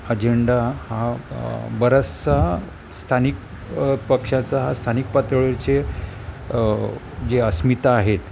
agenda हा बराचसा स्थानिक पक्षाचा हा स्थानिक पातळीवरचे जे अस्मिता आहेत